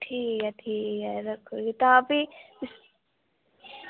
ठीक ऐ ठीक ऐ तां भी